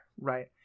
Right